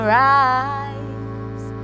rise